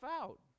out